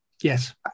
yes